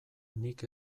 nik